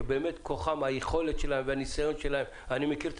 עם היכולת שלהם והניסיון שלהם אני מכיר את